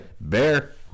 Bear